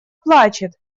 плачет